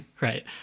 right